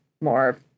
more